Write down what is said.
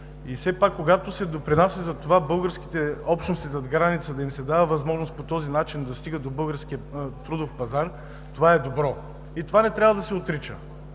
Все пак, когато това допринася, българските общности зад граница – да им се дава възможност по този начин да стигат да българския трудов пазар, това е добро. Това не трябва да се отрича.